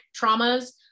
traumas